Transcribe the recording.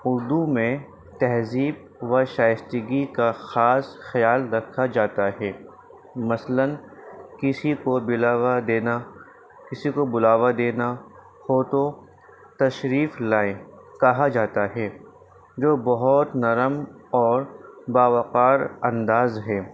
اردو میں تہذیب و شائستگی کا خاص خیال رکھا جاتا ہے مثلاً کسی کو بلاوا دینا کسی کو بلاوا دینا ہو تو تشریف لائیں کہا جاتا ہے جو بہت نرم اور باوقار انداز ہے